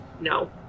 No